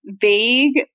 vague